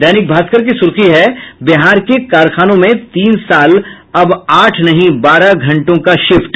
दैनिक भास्कर की सुर्खी है बिहार के कारखानों में तीन साल अब आठ नहीं बारह घंटों का शिफ्ट